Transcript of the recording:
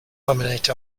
laminate